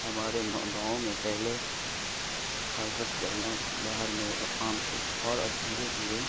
ہمارے گاؤں میں پہلے حاجت کرنا باہر میں عام تھی اور اب دھیرے دھیرے